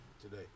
today